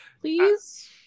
Please